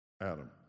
Adam